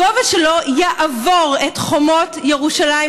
בגובה שלו הוא יעבור את חומות ירושלים,